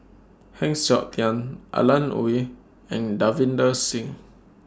Heng Siok Tian Alan Oei and Davinder Singh